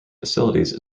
facilities